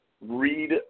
read